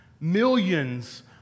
millions